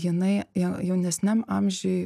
jinai jau jaunesniam amžiuj